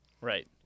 right